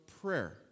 prayer